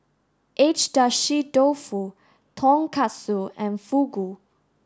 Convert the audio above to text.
Agedashi Dofu Tonkatsu and Fugu